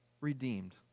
Redeemed